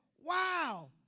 wow